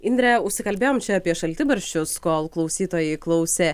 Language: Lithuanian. indre užsikalbėjom čia apie šaltibarščius kol klausytojai klausė